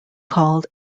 called